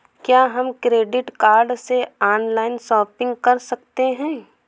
क्या हम credit card से ऑनलाइन शॉपिंग कर सकते हैं?